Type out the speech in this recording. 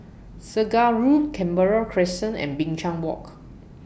Segar Road Canberra Crescent and Binchang Walk